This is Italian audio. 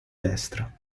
destra